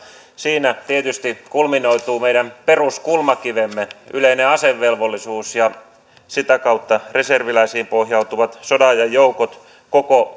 siinä tietysti kulminoituu meidän peruskulmakivemme yleinen asevelvollisuus ja sitä kautta reserviläisiin pohjautuvat sodanajan joukot koko